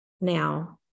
now